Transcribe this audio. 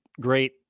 great